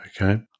okay